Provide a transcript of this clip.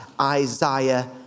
Isaiah